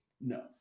no